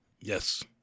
Yes